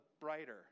brighter